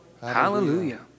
Hallelujah